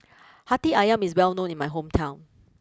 Hati Ayam is well known in my hometown